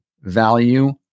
value